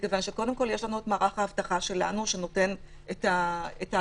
מכיוון שקודם כל יש לנו את מערך האבטחה שלנו שנותן את ההגנה.